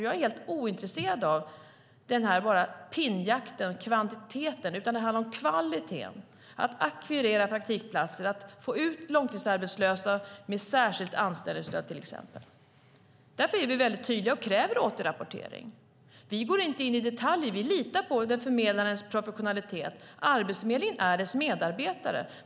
Jag är helt ointresserad av pinnjakt och kvantitet, utan det handlar om att ackvirera praktikplatser och få ut långtidsarbetslösa med särskilt anställningsstöd till exempel. Därför är vi väldigt tydliga och kräver återrapportering. Vi går inte in i detaljer. Vi litar på förmedlarens professionalitet. Arbetsförmedlingen är dess medarbetare.